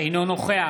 אינו נוכח